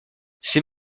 c’est